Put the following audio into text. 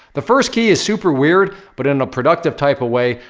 the first key is super weird but, in a productive type of way.